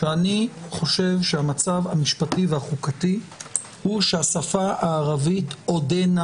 אני חושב שהמצב המשפטי והחוקתי הוא שהשפה הערבית עודנה